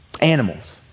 Animals